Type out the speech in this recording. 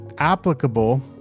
Applicable